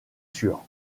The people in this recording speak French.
sûr